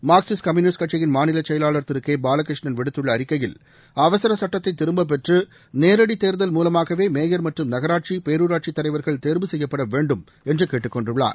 Marxist Communist கட்சியின் மாநில செயலாளர் திரு கே பாலகிருஷ்ணன் விடுத்துள்ள அறிக்கையில் அவசர சட்டத்தை திரும்பப்பெற்று நேரடி தேர்தல் மூலமாகவே மேயா் மற்றும் நகராட்சி பேரூராட்சி தலைவர்கள் தேர்வு செய்யப்பட வேண்டும் என்று கேட்டுக்கொண்டுள்ளார்